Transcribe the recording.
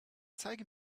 zeige